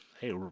Hey